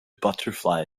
butterfly